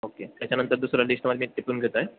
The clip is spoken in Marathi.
ओके त्याच्यानंतर दुसरा लिष्टमध्ये टिपून घेतो आहे